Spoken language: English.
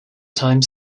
time